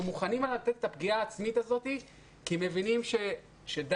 ומוכנים לשאת את הפגיעה העצמית הזאת כי הם מבינים שדי,